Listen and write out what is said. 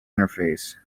interface